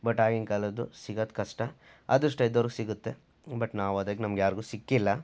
but ಆಗಿನ ಕಾಲದ್ದು ಸಿಗೋದು ಕಷ್ಟ ಅದೃಷ್ಟ ಇದ್ದವ್ರಿಗೆ ಸಿಗುತ್ತೆ ಬಟ್ ನಾವು ಹೋದಾಗ ನಮ್ಗೆ ಯಾರಿಗೂ ಸಿಕ್ಕಿಲ್ಲ